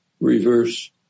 reverse